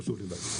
חשוב לי להגיד.